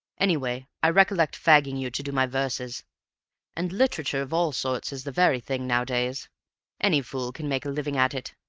anyway i recollect fagging you to do my verses and literature of all sorts is the very thing nowadays any fool can make a living at it.